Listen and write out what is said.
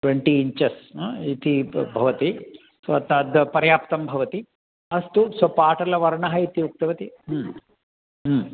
twenty inches इति प् भवति सो तावद् पर्याप्तं भवति अस्तु स्वपाटलवर्णः इत्युक्तवती